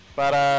para